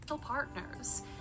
...partners